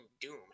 doom